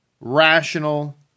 rational